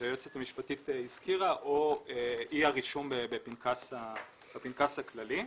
שהיועצת המשפטית הזכירה, או אי רישום בפנקס הכללי.